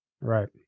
Right